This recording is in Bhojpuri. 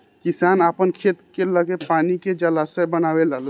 किसान आपन खेत के लगे पानी के जलाशय बनवे लालो